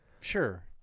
Sure